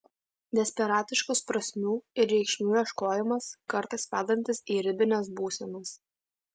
desperatiškas prasmių ir reikšmių ieškojimas kartais vedantis į ribines būsenas